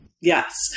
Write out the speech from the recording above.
Yes